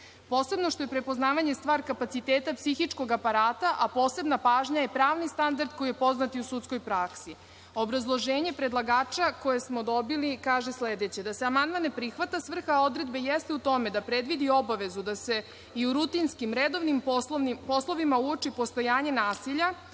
posebno što je prepoznavanje stvar kapaciteta psihičkog aparata, a posebna pažnja je pravni standard koji je poznat i u sudskoj praksi. Obrazloženje predlagača koje smo dobili kaže sledeće – da se amandman ne prihvata, svrha odredbe jeste u tome da predvidi obavezu da se i u rutinskim redovnim poslovima uoči postojanje nasilja,